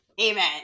Amen